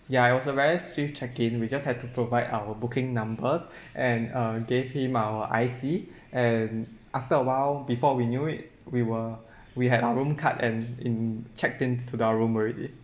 ya it was a very swift check in we just had to provide our booking numbers and uh gave him our I_C and after awhile before we knew it we were we had our room card and in checked in to the room already